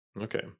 Okay